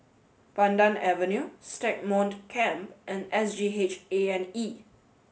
Pandan Avenue Stagmont Camp and S G H A and E